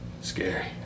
Scary